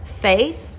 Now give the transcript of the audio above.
faith